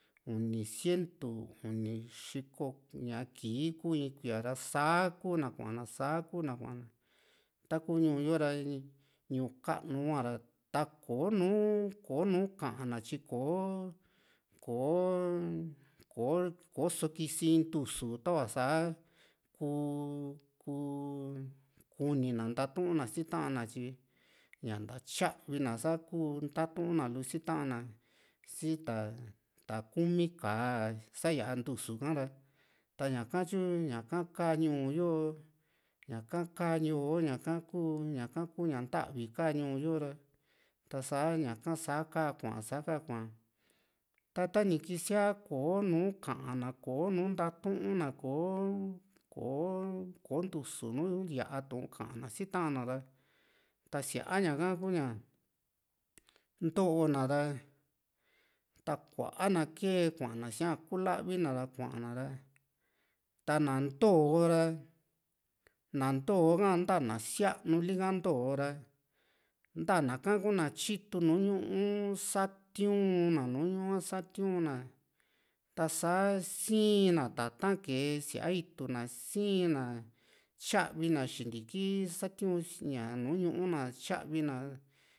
uni sientu uni xiko ñaa in kii kuu in kuía sa kuna kuana sa kuna kuana taku ñuu yo ra ñuu kanu huara ta kò´o nùù ka´an na tyi kò´o kò´o so kisi in ntusu tava sa kuu kuu kuni na ntatuna si ta´an na tyi ña tyavi na saku ntatuna lu si ta´an na si ta kumi ka´a sa´ya ntusu ha´ra taña ka tyu ña kaa ñuu yo ñaka kaa ñuu ñaka kuu ñaka kuu ña ndavi ka ñuu yo ra ta´sa ñaka sa kaa kua saa ka kua ta tani kisia kò´o nu ka´an na kò´o nu ntatuna kò´o kò´o ko ntusu nu ya Tu'un ka´an na si ta´an na ra ta siaña kuña ntoo na ra ta kuaa na kee kuaana siaa kuu la´vi na ra kuana ra ta na ntoo´ra na nto´o ka sa´nta na sianu lika nto´o ra ntana ka kuna tyiyu nùù ñuu satiuna nùù ñuu satiui´na tasa saa sii´n na tata´n kee sia itu na sii´n a tyavi na xintiki satiu´n ña nùù ñuu na tyavii na